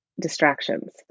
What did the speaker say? distractions